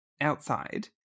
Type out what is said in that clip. outside